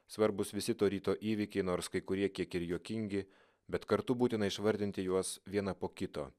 svarbūs visi to ryto įvykiai nors kai kurie kiek ir juokingi bet kartu būtina išvardinti juos vieną po kito